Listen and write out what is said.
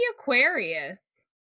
Aquarius